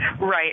Right